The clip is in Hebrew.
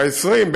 ב-20,